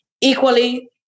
equally